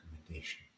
recommendation